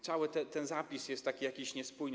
Cały ten zapis jest taki jakiś niespójny.